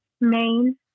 Maine